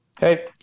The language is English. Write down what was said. Hey